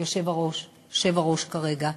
היושב-ראש כרגע,